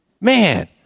Man